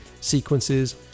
sequences